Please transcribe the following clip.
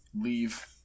leave